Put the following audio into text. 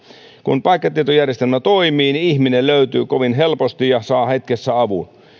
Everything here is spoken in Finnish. kun paikkatietojärjestelmä toimii niin ihminen löytyy kovin helposti ja saa hetkessä avun